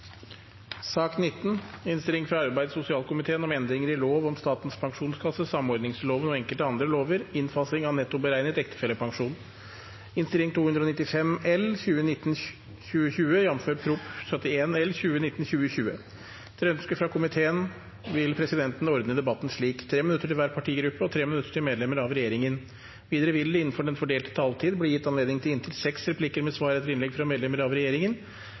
fra arbeids- og sosialkomiteen vil presidenten ordne debatten slik: 3 minutter til hver partigruppe og 3 minutter til medlemmer av regjeringen. Videre vil det – innenfor den fordelte taletid – bli gitt anledning til replikkordskifte med inntil seks replikker med svar etter innlegg fra medlemmer av regjeringen, og de som måtte tegne seg på talerlisten utover den fordelte taletid, får en taletid på inntil